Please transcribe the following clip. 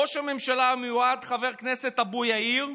ראש הממשלה המיועד חבר הכנסת אבו יאיר,